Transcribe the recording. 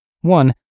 One